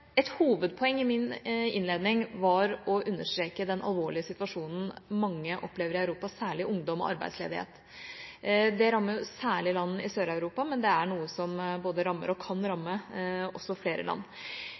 et hovedpoeng i min innledning var å understreke den alvorlige situasjonen mange opplever i Europa, særlig ungdom med tanke på arbeidsledighet. Det rammer særlig land i Sør-Europa, men det er noe som både rammer og kan ramme flere land.